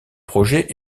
projet